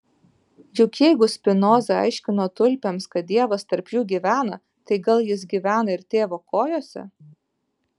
juk jeigu spinoza aiškino tulpėms kad dievas tarp jų gyvena tai gal jis gyvena ir tėvo kojose